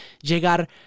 llegar